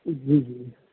ਜੀ ਜੀ